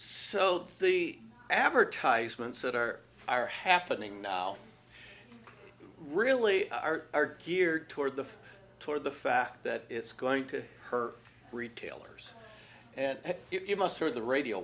so the advertisements that are happening now really are geared toward the toward the fact that it's going to hurt retailers and you must heard the radio